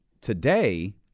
today